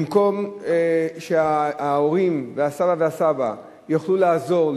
במקום שההורים והסבא וְהַסָּבָה יוכלו לעזור,